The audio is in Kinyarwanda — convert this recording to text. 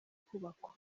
kubakwa